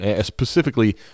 specifically